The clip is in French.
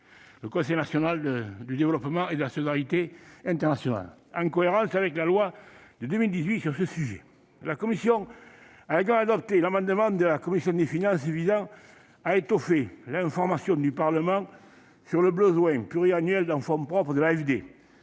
du Conseil national du développement et de la solidarité internationale (CNDSI) en cohérence avec la loi de 2018 sur le sujet. La commission des affaires étrangères a également adopté l'amendement de la commission des finances visant à étoffer l'information du Parlement sur le besoin pluriannuel en fonds propres de l'AFD.